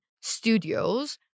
studios